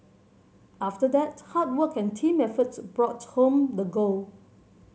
after that hard work and team efforts brought home the gold